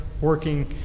working